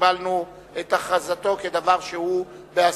קיבלנו את הכרזתו כדבר שהוא בהסכמה.